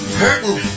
hurting